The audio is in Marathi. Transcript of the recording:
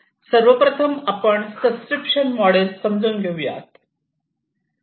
सर्वप्रथम आपण सबस्क्रीप्शन मोडेल समजून घेऊयात